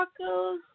tacos